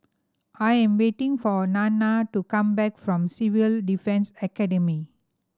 I am waiting for Nanna to come back from Civil Defence Academy